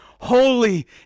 Holy